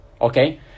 Okay